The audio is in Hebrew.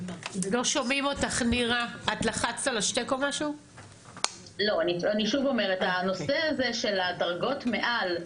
אני שוב אומרת הנושא הזה, של הדרגות מעל,